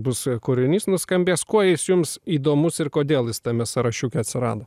bus kūrinys nuskambės kuo jis jums įdomus ir kodėl jis tame sąrašiuke atsirado